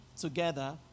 together